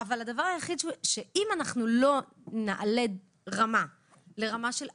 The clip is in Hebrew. אבל צריך לעלות לרמה לרמה של אכיפה,